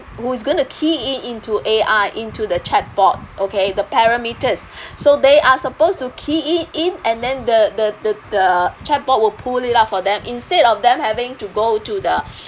who's going to key in into A_I into the chatbot okay the parameters so they are supposed to key it in and then the the the the chatbot will pull it out for them instead of them having to go to the